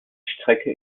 strecke